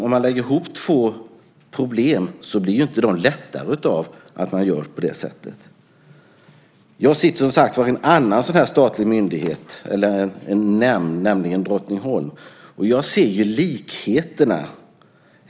Om man lägger ihop två problem blir ju inte problemen mindre. Jag sitter som sagt var i en statlig nämnd, nämligen Drottningholm, och jag ser likheterna.